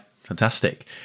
Fantastic